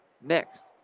Next